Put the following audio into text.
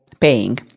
paying